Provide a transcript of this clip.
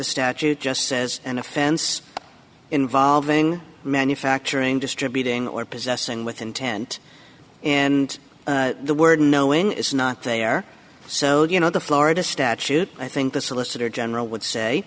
the statute just says an offense involving manufacturing distributing or possessing with intent and the word knowing is not there so you know the florida statute i think the solicitor general would say